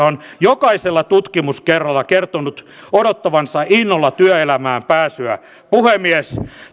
on jokaisella tutkimuskerralla kertonut odottavansa innolla työelämään pääsyä puhemies